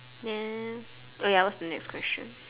then oh ya what's the next question